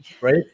right